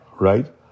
right